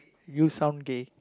you sound gay